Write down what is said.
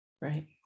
Right